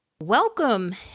Welcome